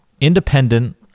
Independent